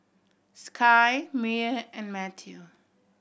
Sky Meyer and Mathew